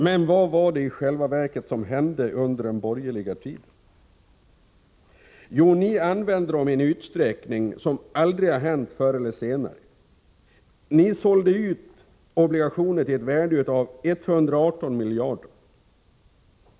Men vad var det i själva verket som hände under den borgerliga tiden? Jo, ni använde prioriterade obligationer i en utsträckning som aldrig har hänt förr eller senare. Ni sålde under fem år ut sådana till ett värde av 118 miljarder.